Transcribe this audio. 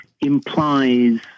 implies